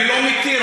אני לא מתיר.